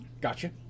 gotcha